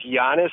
Giannis